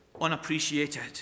unappreciated